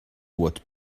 what